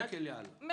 אני